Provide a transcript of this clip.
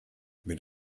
mit